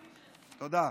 תודה.